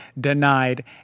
denied